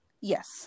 yes